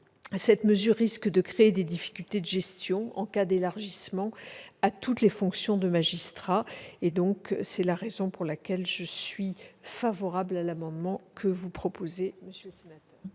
Cette mesure risque de créer des difficultés de gestion en cas d'élargissement à toutes les fonctions de magistrats. C'est la raison pour laquelle je suis favorable à l'amendement proposé. Je mets